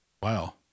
wow